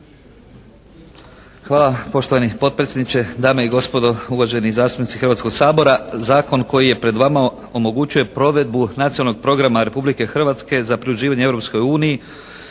Hvala. Poštovani potpredsjedniče, dame i gospodo uvaženi zastupnici Hrvatskog sabora. Zakon koji je pred vama omogućuje provedbu Nacionalnog programa Republike Hrvatske za pridruživanje